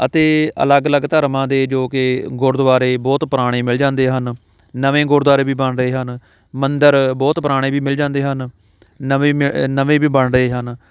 ਅਤੇ ਅਲੱਗ ਅਲੱਗ ਧਰਮਾਂ ਦੇ ਜੋ ਕਿ ਗੁਰਦੁਆਰੇ ਬਹੁਤ ਪੁਰਾਣੇ ਮਿਲ ਜਾਂਦੇ ਹਨ ਨਵੇਂ ਗੁਰਦੁਆਰੇ ਵੀ ਬਣ ਰਹੇ ਹਨ ਮੰਦਰ ਬਹੁਤ ਪੁਰਾਣੇ ਵੀ ਮਿਲ ਜਾਂਦੇ ਹਨ ਨਵੇਂ ਮ ਨਵੇਂ ਵੀ ਬਣ ਰਹੇ ਹਨ